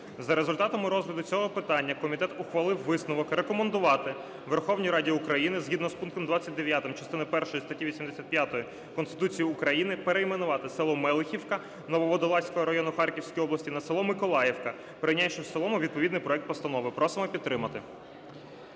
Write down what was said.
За результатами розгляду цього питання комітет ухвалив висновок рекомендувати Верховній Раді України згідно з пунктом 29 частини першої статті 85 Конституції України перейменувати село Мелихівка Нововодолазького району Харківської області на село Миколаївка, прийнявши в цілому відповідний проект постанови. Просимо підтримати.